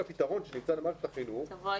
הפתרונות של מערכת החינוך הם